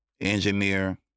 engineer